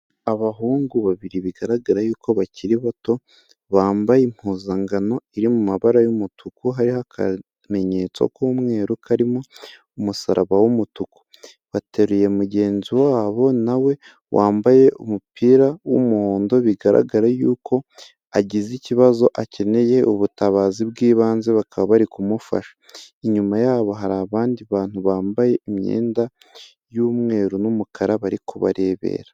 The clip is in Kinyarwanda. Abahungu babiri bigaragara yuko bakiri bato, bambaye impuzangano iri mu mabara y'umutuku, hari akamenyetso k'umweru karimo umusaraba w'umutuku, bateruye mugenzi wabo na we wambaye umupira w'umuhondo, bigaragara yuko agize ikibazo akeneye ubutabazi bw'ibanze, bakaba bari kumufasha, inyuma yabo hari abandi bantu bambaye imyenda y'umweru n'umukara bari kubarebera.